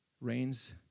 Rains